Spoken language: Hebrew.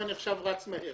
ואני עכשיו רץ מהר.